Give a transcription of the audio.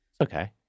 Okay